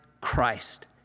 Christ